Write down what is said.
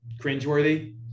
cringeworthy